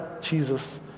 Jesus